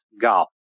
golf